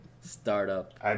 startup